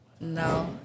No